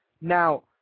Now